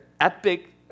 epic